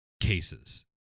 cases